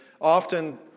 often